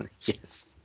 Yes